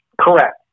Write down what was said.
Correct